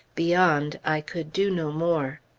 beyond, i could do no more.